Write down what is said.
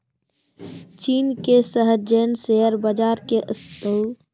चीन के Shenzhen share बाजार के स्थान दुनिया मे आठ नम्बरो पर छै